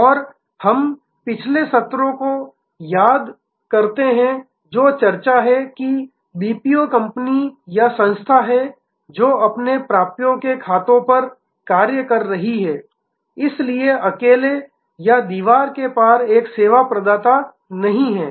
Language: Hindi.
और हमें पिछले सत्रों को याद करना चाहिए जो चर्चा है कि बीपीओ कंपनी या संस्था है जो अपने प्राप्यों के खातों पर कार्य कर रही है इसलिए अकेले या दीवार के पार एक सेवा प्रदाता नहीं है